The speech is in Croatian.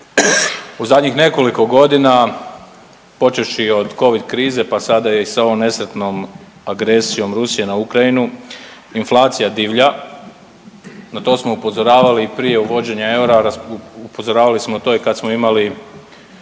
U zadnjih nekoliko godina počevši od Covid krize pa sada i sa ovom nesretnom agresijom Rusije na Ukrajinu inflacija divlja. Na to smo upozoravali i prije uvođenja eura, upozoravali smo i kad smo imali